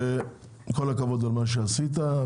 כל הכבוד על מה שעשית.